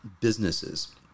businesses